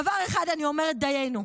דבר אחד אני אומרת: דיינו.